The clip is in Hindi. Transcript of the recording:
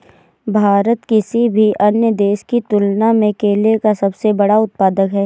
भारत किसी भी अन्य देश की तुलना में केले का सबसे बड़ा उत्पादक है